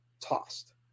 tossed